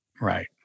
Right